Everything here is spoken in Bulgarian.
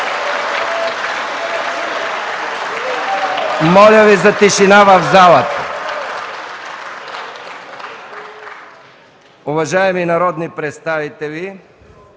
Моля Ви за тишина в залата. Уважаеми народни представители,